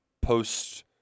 post